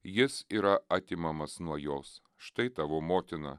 jis yra atimamas nuo jos štai tavo motina